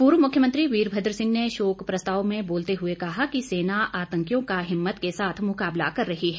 पूर्व मुख्मयंत्री वीरभद्र सिंह ने शोक प्रस्ताव में बोलते हुए कहा कि सेना आंतकियों का हिम्मत के साथ मुकाबला कर रही है